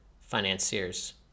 financiers